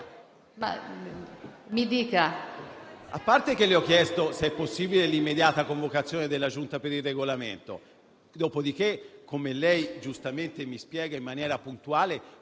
io le ho chiesto, se è possibile, l'immediata convocazione della Giunta per il Regolamento. Dopodiché, come lei giustamente mi spiega in maniera puntuale,